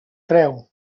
treu